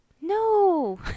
No